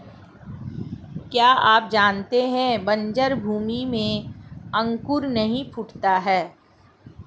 क्या आप जानते है बन्जर भूमि में अंकुर नहीं फूटता है?